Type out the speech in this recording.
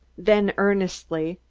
then earnestly,